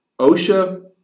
OSHA